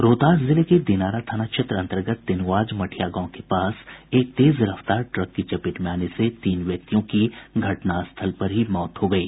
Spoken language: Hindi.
रोहतास जिले के दिनारा थाना क्षेत्र अंतर्गत तेनुआज मठिया गांव के पास एक तेज रफ्तार ट्रक की चपेट में आने से तीन व्यक्तियों की घटनास्थल पर ही मौत हो गयी